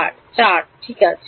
4 ঠিক আছে